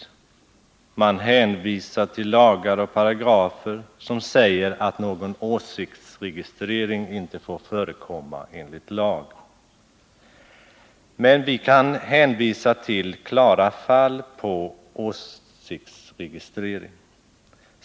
Utskottet hänvisar till lagar och paragrafer som säger att någon åsiktsregistrering inte får förekomma enligt lag. Men vi kan hänvisa till klara fall av åsiktsregistrering.